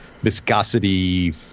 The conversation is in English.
viscosity